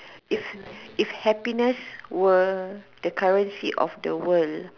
if happiness were the currency of the world